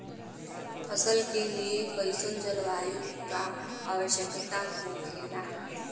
फसल के लिए कईसन जलवायु का आवश्यकता हो खेला?